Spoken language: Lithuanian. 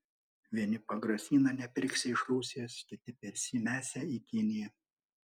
vieni pagrasina nepirksią iš rusijos kiti persimesią į kiniją